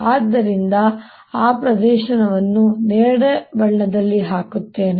ಆದ್ದರಿಂದ ನಾನು ಆ ಪ್ರದೇಶವನ್ನು ನೇರಳೆ ಬಣ್ಣದಲ್ಲಿ ಹಾಕುತ್ತೇನೆ